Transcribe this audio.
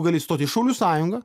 gali stoti į šaulių sąjungą